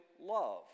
love